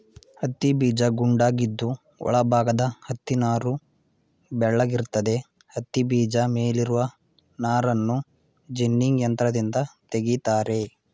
ಹತ್ತಿಬೀಜ ಗುಂಡಾಗಿದ್ದು ಒಳ ಭಾಗದ ಹತ್ತಿನಾರು ಬೆಳ್ಳಗಿರ್ತದೆ ಹತ್ತಿಬೀಜ ಮೇಲಿರುವ ನಾರನ್ನು ಜಿನ್ನಿಂಗ್ ಯಂತ್ರದಿಂದ ತೆಗಿತಾರೆ